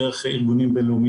אותו דבר אגב לגבי מת"ק עזה.